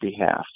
behalf